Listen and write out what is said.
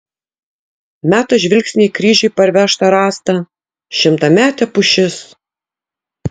meta žvilgsnį į kryžiui parvežtą rąstą šimtametė pušis